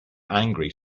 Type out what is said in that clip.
angry